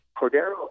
Cordero